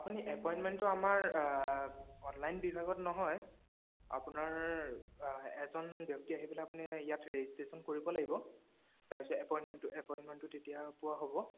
আপুনি এপইন্টমেণ্টটো আমাৰ অনলাইন বিভাগত নহয় আপোনাৰ এজন ব্যক্তি আহি পেলাই আপুনি ইয়াত ৰেজিষ্ট্ৰেচন কৰিব লাগিব তাৰপিছত এপইণ্টমেণ্টটো এপইণ্টমেণ্টটো তেতিয়া পোৱা হ'ব